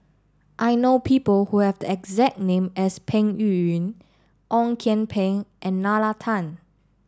I know people who have the exact name as Peng Yuyun Ong Kian Peng and Nalla Tan